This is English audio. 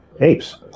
apes